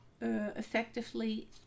effectively